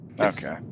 Okay